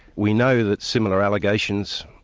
we know that similar allegations,